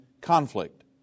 conflict